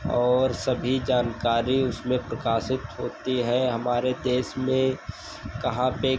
और सभी जानकारी उसमें प्रकाशित होती है हमारे देश में कहाँ पर